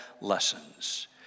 lessons